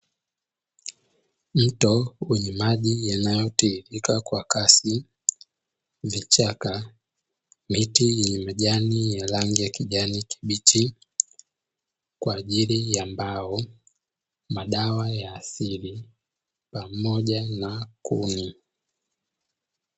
Mto wenye maji yanayotiririka kwa kasi vichaka, miti yenye majani ya rangi ya kijani kibichi kwa ajili ya mbao, madawa ya asili pamoja na kuni.